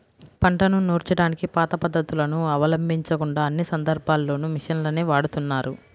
పంటను నూర్చడానికి పాత పద్ధతులను అవలంబించకుండా అన్ని సందర్భాల్లోనూ మిషన్లనే వాడుతున్నారు